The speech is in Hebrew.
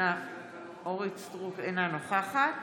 אינה נוכחת